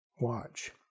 Watch